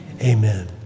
Amen